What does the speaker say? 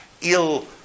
ill